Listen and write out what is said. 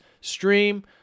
stream